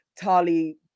Tali